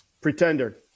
Pretender